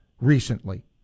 recently